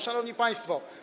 Szanowni Państwo!